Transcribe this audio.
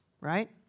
right